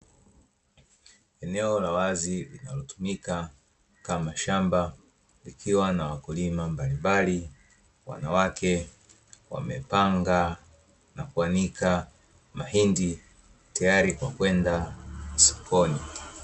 Eneo la wazi linalotumika kama mashamba, likiwa na wakulima mbalimbali, wanawake wamepanga na kuanika mahindi tayari kwa kwenda sokoni.